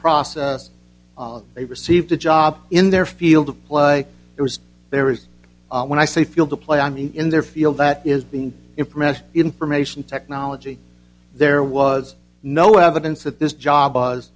process of they received a job in their field of play it was there is when i say field to play i mean in their field that is being impressed information technology there was no evidence that this job was